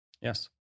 Yes